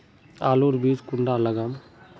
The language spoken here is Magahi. आलूर बीज कुंडा लगाम?